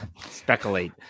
speculate